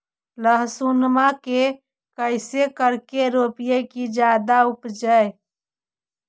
लहसूनमा के कैसे करके रोपीय की जादा उपजई?